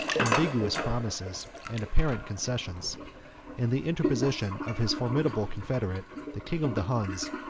ambiguous promises, and apparent concessions and the interposition of his formidable confederate, the king of the huns,